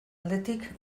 aldetik